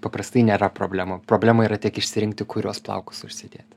paprastai nėra problema problema yra tik išsirinkti kuriuos plaukus užsidėt